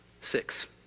Six